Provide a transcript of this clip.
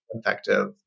effective